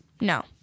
no